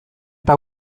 eta